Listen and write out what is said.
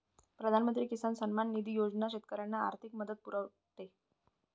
प्रधानमंत्री किसान सन्मान निधी योजना शेतकऱ्यांना आर्थिक मदत पुरवते